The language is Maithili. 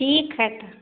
ठीक है तऽ